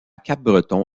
capbreton